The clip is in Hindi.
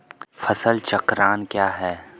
फसल चक्रण क्या है?